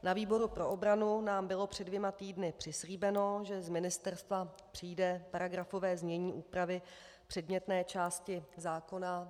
Na výboru pro obranu nám bylo před dvěma týdny přislíbeno, že z ministerstva přijde paragrafové znění úpravy předmětné části zákona.